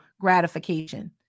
gratification